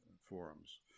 forums